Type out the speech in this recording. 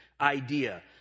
idea